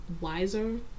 wiser